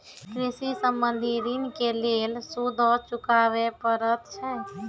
कृषि संबंधी ॠण के लेल सूदो चुकावे पड़त छै?